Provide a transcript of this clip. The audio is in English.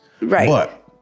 Right